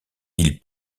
ils